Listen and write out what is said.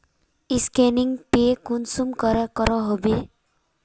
Scanning पे कुंसम करे करो होबे?